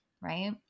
right